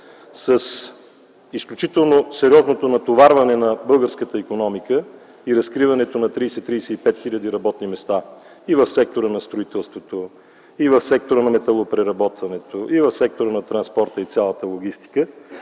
с изключително сериозното натоварване на българската икономика и разкриване на 30-35 000 работни места и в сектора на строителството, и в сектора на металопреработването, и в сектора на транспорта и цялата логистика.